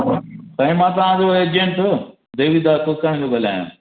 साईं मां तव्हांजो एजेंट देवीदास कुकराणी थो ॻाल्हायां